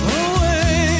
away